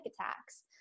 attacks